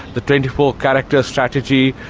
the twenty four character strategy,